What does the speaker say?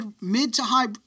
mid-to-high